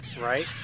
Right